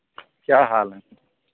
क्या हाल है